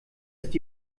ist